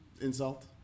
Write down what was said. insult